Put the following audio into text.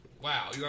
Wow